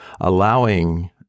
allowing